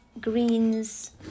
greens